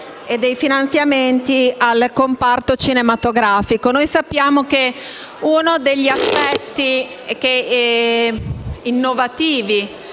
e dei finanziamenti al comparto cinematografico. Sappiamo che uno degli aspetti innovativi